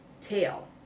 tail